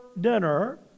dinner